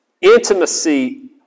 intimacy